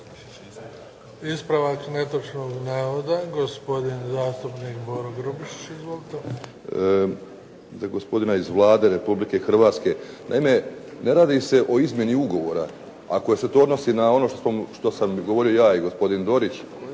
Ispravak netočnog navoda gospodin zastupnik Boro Grubišić. Izvolite. **Grubišić, Boro (HDSSB)** Za gospodina iz Vlade Republike Hrvatske. Naime, ne radi se o izmjeni ugovora ako se to odnosi na ono što sam govorio ja i gospodin Dorić